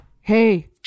Hey